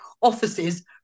offices